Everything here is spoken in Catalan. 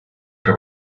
que